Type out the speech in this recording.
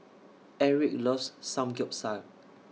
Eric loves Samgyeopsal